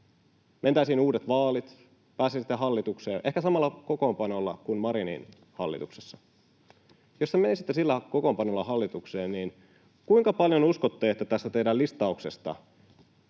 mentäisiin uudet vaalit, pääsisitte hallitukseen ehkä samalla kokoonpanolla kuin Marinin hallituksessa? Jos te menisitte sillä kokoonpanolla hallitukseen, niin kuinka paljon uskotte, että tästä teidän listauksestanne